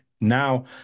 Now